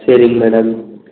சரிங்க மேடம்